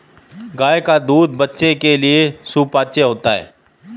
गाय का दूध बच्चों के लिए सुपाच्य होता है